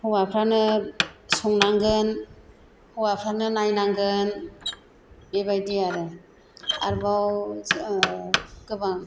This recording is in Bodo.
हौवाफ्राबो संनानांगोन हौवाफ्रानो नायनांगोन बेबायदि आरो आरोबाव गोबां